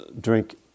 drink